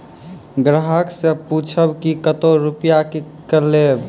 ग्राहक से पूछब की कतो रुपिया किकलेब?